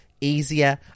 easier